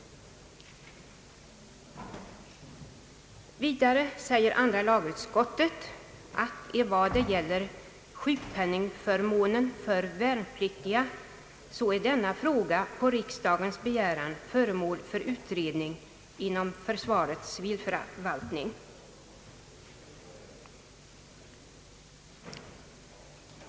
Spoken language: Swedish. Det står vidare att frågan om sjukpenningförmånen för värnpliktiga på riksdagens begäran är föremål för utredning inom försvarets civilförvaltning.